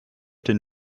den